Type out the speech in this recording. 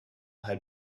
had